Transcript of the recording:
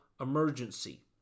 emergency